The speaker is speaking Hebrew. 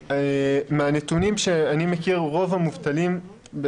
מהנתונים שאני מכיר רוב המובטלים,